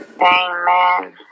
Amen